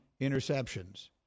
interceptions